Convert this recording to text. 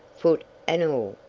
foot and all,